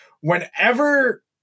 whenever